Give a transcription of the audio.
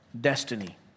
destiny